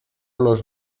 los